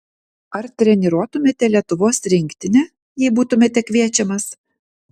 ar treniruotumėte lietuvos rinktinę jei būtumėte kviečiamas